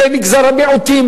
במגזר המיעוטים,